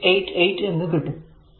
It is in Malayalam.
888 എന്ന് കിട്ടും